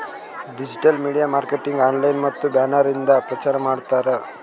digital media marketing online ಮತ್ತ banner ಇಂದ ಪ್ರಚಾರ್ ಮಾಡ್ತಾರ್